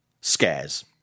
scares